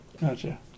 gotcha